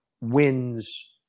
wins